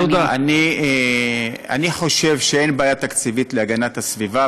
אני חושב שאין בעיה תקציבית להגנת הסביבה,